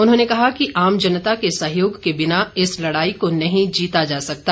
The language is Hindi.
उन्होंने कहा कि आम जनता के सहयोग के बिना इस लड़ाई को नहीं जीता जा सकता